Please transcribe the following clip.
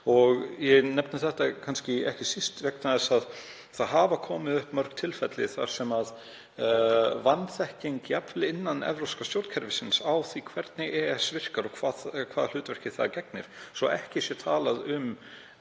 Ég nefni þetta kannski ekki síst vegna þess að það hafa komið upp mörg dæmi um vanþekkingu, jafnvel innan evrópska stjórnkerfisins, á því hvernig EES virkar og hvaða hlutverki það gegnir, svo ekki sé talað um